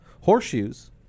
horseshoes